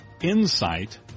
Insight